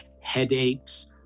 headaches